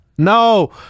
No